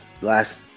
last